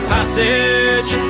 Passage